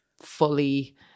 fully